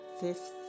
fifth